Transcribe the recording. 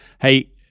hey